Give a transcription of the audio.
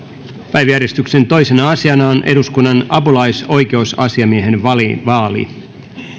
päiväjärjestyksen toisena asiana on eduskunnan apulaisoikeusasiamiehen vaali vaali